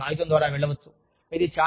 మరియు మీరు ఈ కాగితం ద్వారా వెళ్ళవచ్చు